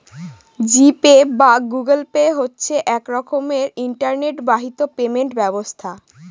জি pay বা Google pay হচ্ছে এক রকমের ইন্টারনেট বাহিত পেমেন্ট ব্যবস্থা